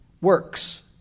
Works